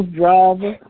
driver